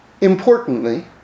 importantly